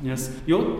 nes jau